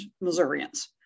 Missourians